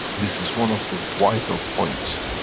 this is one of the vital points,